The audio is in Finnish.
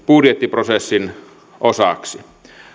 budjettiprosessin osaksi